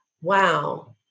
wow